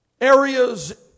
areas